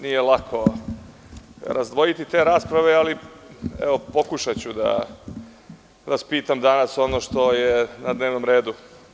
Nije lako razdvojiti te rasprave, ali pokušaću da vas pitam danas ono što je na dnevnom redu.